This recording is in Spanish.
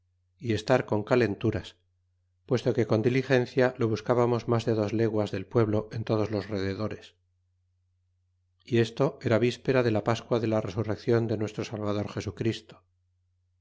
y estar con calenturas puesto que con diligencia lo buscábamos mas de dos leguas del pueblo en todos los rededores y esto era víspera de pascua de la resurreccion de nuestro salvador jesu christo